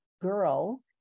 girl